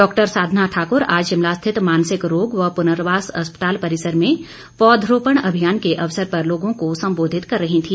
doctor Sadhna Thakur आज शिमला स्थित मानसिक रोग व पुर्नवास अस्पताल परिसर में पौध रोपण अभियान के अवसर पर लोगों को संबोधित कर रही थी